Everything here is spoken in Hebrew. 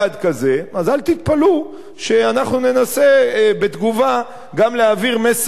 אז אל תתפלאו שאנחנו ננסה בתגובה גם להעביר מסר מאוד-מאוד ברור,